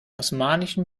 osmanischen